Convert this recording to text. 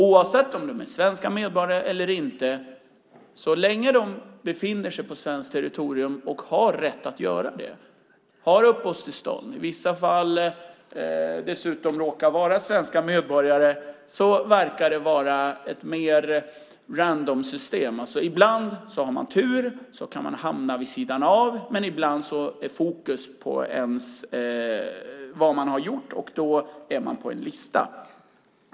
Oavsett om de är svenska medborgare eller inte, så länge de befinner sig på svenskt territorium och har rätt att göra det, har uppehållstillstånd och i vissa fall dessutom råkar vara svenska medborgare, verkar det vara mer ett randomsystem. Ibland har man tur och kan hamna vid sidan av, men ibland är fokus på vad man har gjort, och då hamnar man på en lista.